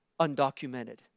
undocumented